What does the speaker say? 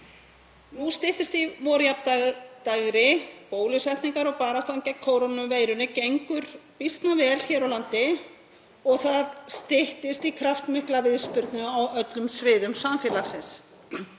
Nú styttist í vorjafndægur, bólusetningar og baráttan gegn kórónuveirunni gengur býsna vel hér á landi og það styttist í kraftmikla viðspyrnu á öllum sviðum samfélagsins.